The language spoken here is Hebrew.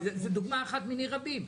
זו דוגמה אחת מיני רבים,